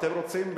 אתם רוצים,